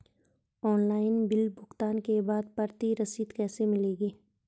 Online bill भुगतान के बाद प्रति रसीद कैसे मिलेगी?